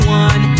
one